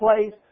place